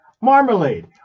Marmalade